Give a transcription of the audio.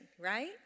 right